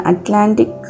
Atlantic